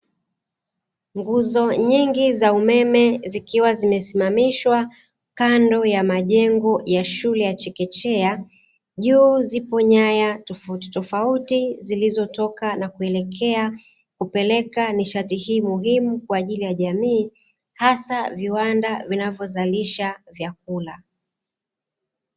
Nguzo nyingi za umeme, zikiwa zimesimamishwa kando ya majengo ya shule ya chekechea, juu zipo nyaya tofautitofauti zilizotoka na kuelekea kupeleka nishati hii muhimu kwa ajili ya jamii hasa viwanda vinavyozalisha vyakula.